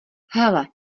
hele